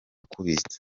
kubitsa